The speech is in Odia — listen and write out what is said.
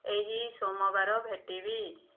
ଏହି ସୋମବାର ଭେଟିବି